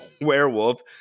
werewolf